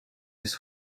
his